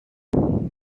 eight